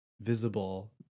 visible